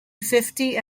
fifty